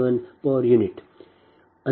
4697 p